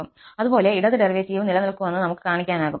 അതുപോലെ ഇടത് ഡെറിവേറ്റീവും നിലനിൽക്കുന്നുവെന്ന് നമുക്ക് കാണിക്കാനാകും